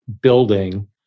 building